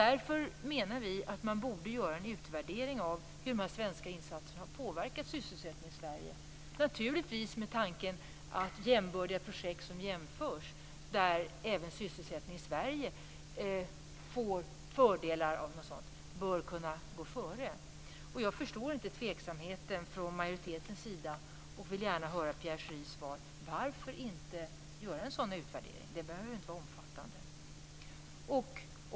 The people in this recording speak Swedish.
Därför menar vi att man borde göra en utvärdering av hur de här svenska insatserna har påverkat sysselsättningen i Sverige, naturligtvis med tanke på att jämbördiga projekt som jämförs och där även sysselsättningen får fördelar av detta bör kunna gå före. Jag förstår inte tveksamheten från majoritetens sida och vill gärna höra Pierre Schoris svar på frågan varför man inte skall göra en sådan utvärdering. Den behöver inte vara omfattande.